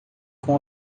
com